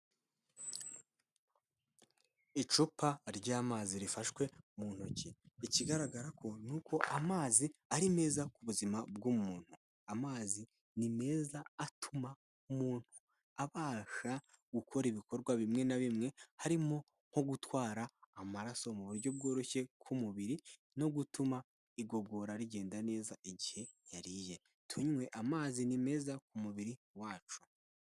Icupa ry'amazi rifashwe mu ntoki, ikigaragara ko ni uko amazi ari meza ku buzima bw'umuntu, amazi ni meza atuma umuntu abasha gukora ibikorwa bimwe na bimwe harimo nko gutwara amaraso mu buryo bworoshye k'umubiri no gutuma igogora rigenda neza igihe yariye, tunywe amazi ni meza ku mubiri wacu.